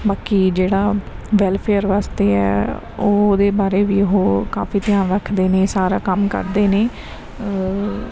ਬਾਕੀ ਜਿਹੜਾ ਵੈਲਫੇਅਰ ਵਾਸਤੇ ਐ ਉਹ ਉਹਦੇ ਬਾਰੇ ਵੀ ਉਹ ਕਾਫੀ ਧਿਆਨ ਰੱਖਦੇ ਨੇ ਸਾਰਾ ਕੰਮ ਕਰਦੇ ਨੇ